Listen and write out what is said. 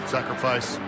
Sacrifice